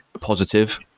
positive